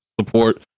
support